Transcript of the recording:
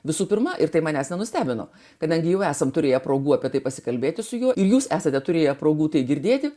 visų pirma ir tai manęs nenustebino kadangi jau esam turėję progų apie tai pasikalbėti su juo ir jūs esate turėję progų tai girdėti